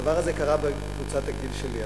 הדבר הזה קרה בקבוצת הגיל שלי.